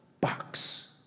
box